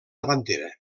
davantera